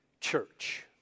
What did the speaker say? church